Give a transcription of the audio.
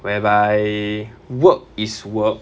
whereby work is work